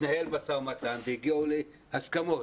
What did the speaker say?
התנהל משא ומתן והגיעו להסכמות.